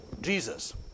Jesus